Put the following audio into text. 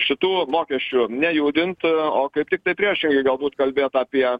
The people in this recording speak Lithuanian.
šitų mokesčių nejudint o kaip tik tai priešingai galbūt kalbėt apie